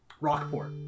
Rockport